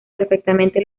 perfectamente